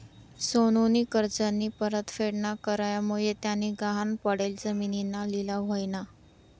सोनूनी कर्जनी परतफेड ना करामुये त्यानी गहाण पडेल जिमीनना लिलाव व्हयना